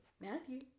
Matthew